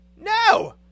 No